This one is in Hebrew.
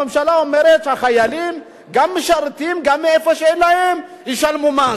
הממשלה אומרת שהחיילים גם משרתים וגם מאיפה שאין להם ישלמו מס.